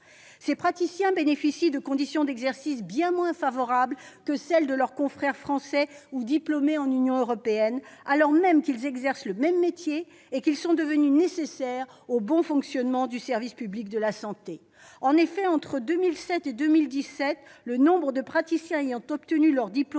Ces praticiens bénéficient de conditions d'exercice bien moins favorables que celles de leurs confrères français ou diplômés dans l'Union européenne, alors même qu'ils exercent le même métier et qu'ils sont devenus nécessaires au bon fonctionnement du service public de la santé. En effet, entre 2007 et 2017, le nombre de praticiens ayant obtenu leur diplôme